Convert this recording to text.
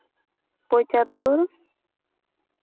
ᱯᱚᱪᱟᱛᱛᱳᱨ